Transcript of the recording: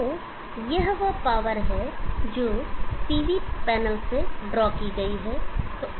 तो यह वह पावर है जो पीवी पैनल से ड्रा की गई है